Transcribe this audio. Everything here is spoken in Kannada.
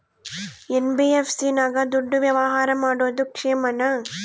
ಎನ್.ಬಿ.ಎಫ್.ಸಿ ನಾಗ ದುಡ್ಡಿನ ವ್ಯವಹಾರ ಮಾಡೋದು ಕ್ಷೇಮಾನ?